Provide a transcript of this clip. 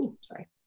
sorry